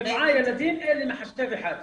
שבעה ילדים, אין לי מחשב אחד.